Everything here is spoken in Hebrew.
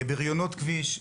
בריונות כביש,